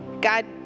God